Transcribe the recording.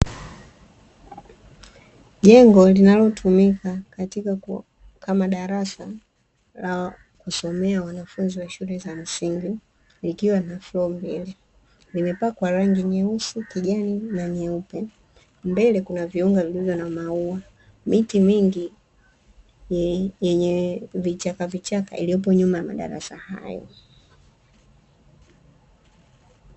Jengo linalotumika katika kama darasa la kusomea wanafunzi wa shule za msingi, likiwa limepakwa rangi nyeusi, kijani na nyeupe. Mbele kuna viunga vilivyo na maua, miti mingi yenye vichakavichaka iliyopo nyuma ya madarasa hayo.